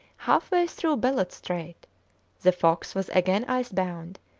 half-way through bellot strait the fox was again ice-bound,